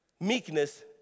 meekness